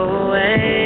away